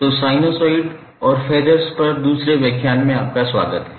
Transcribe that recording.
तो साइनसॉइड और फ़ेज़र्स पर दूसरे व्याख्यान में आपका स्वागत है